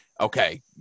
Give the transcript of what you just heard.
okay